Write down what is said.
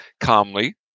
calmly